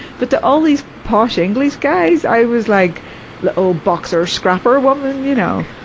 but to all these posh english guys i was like little boxer-scrapper woman, you know.